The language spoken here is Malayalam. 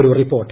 ഒരു റിപ്പോർട്ട്